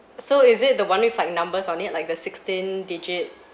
so is it the one with like numbers on it like the sixteen digit